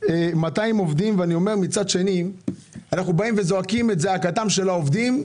1,200 עובדים ואומר: אנחנו זועקים את זעקתם של העובדים,